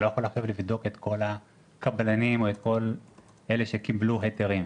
אני לא יכול לבדוק את כל הקבלנים או את כל אלה שקיבלו היתרים,